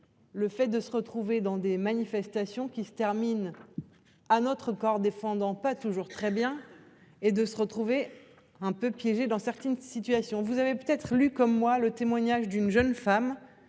Le fait de se retrouver dans des manifestations qui se termine. À notre corps défendant, pas toujours très bien. Et de se retrouver un peu piégé dans certaines situations, vous avez peut-être lu comme moi le témoignage d'une jeune femme